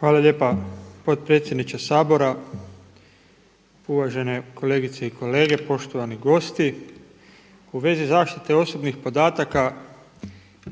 Hvala lijepa potpredsjedniče Sabora. Uvažene kolegice i kolege, poštovani gosti. U vezi zaštite osobnih podataka